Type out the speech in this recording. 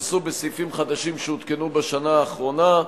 שהוכנסו בסעיפים חדשים שהותקנו בשנה האחרונה,